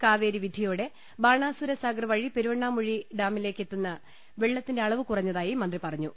കാവേരി വിധിയോടെ ബാണാസുരസാഗർവഴി പെരുവണ്ണാമൂഴി ഡാമി ലേക്ക് എത്തുന്ന വെള്ളത്തിന്റെ അളവു കുറഞ്ഞതായി മന്ത്രി പറഞ്ഞു